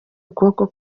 ukuboko